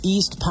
East